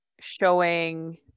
showing